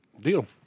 Deal